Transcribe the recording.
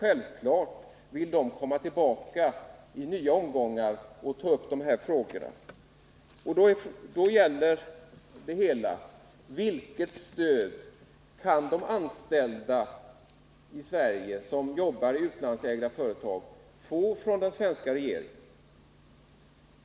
Självklart vill de komma tillbaka i nya omgångar och ta upp dessa frågor. Då gäller det vilket stöd de anställda i Sverige, som jobbar i utlandsägda företag, kan få från den svenska regeringen.